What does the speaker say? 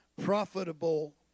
profitable